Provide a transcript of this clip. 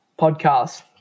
podcast